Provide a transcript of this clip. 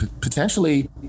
potentially